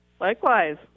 Likewise